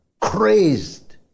crazed